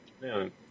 Man